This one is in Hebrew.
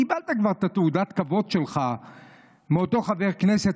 קיבלת את תעודת הכבוד שלך מאותו חבר כנסת,